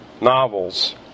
novels